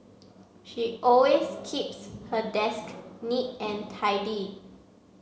she always keeps her desk neat and tidy